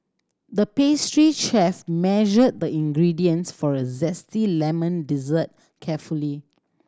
the pastry chef measured the ingredients for a zesty lemon dessert carefully